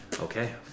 okay